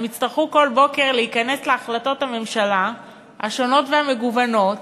הם יצטרכו כל בוקר להיכנס להחלטות הממשלה השונות והמגוונות